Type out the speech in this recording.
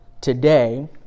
today